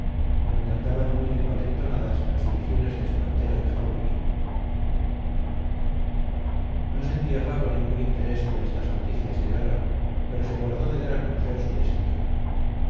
donde andaban muy envalentonadas las divisiones de espartero y jáuregui no sentía fago ningún interés por estas noticias de guerra pero se guardó de dar a conocer su desencanto